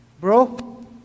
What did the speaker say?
Bro